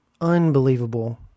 unbelievable